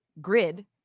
grid